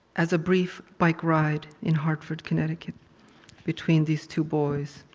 as a brief bike ride in hartford, connecticut between these two boys.